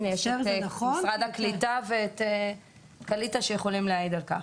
יש את משרד הקליטה שיכולים להעיד על כך.